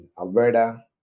Alberta